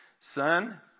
Son